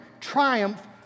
triumph